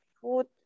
food